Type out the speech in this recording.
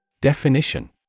Definition